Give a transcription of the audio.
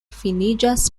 finiĝas